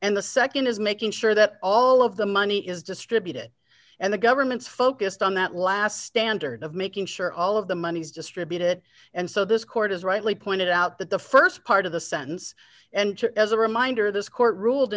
and the nd is making sure that all of the money is distributed and the government's focused on that last standard of making sure all of the money is distributed and so this court is rightly pointed out that the st part of the sentence and as a reminder this court ruled